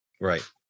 right